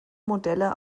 modelle